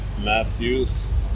Matthews